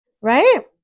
right